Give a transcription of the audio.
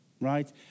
Right